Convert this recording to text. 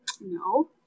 no